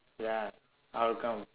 ya I'll come